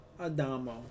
Adamo